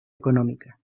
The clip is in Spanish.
económica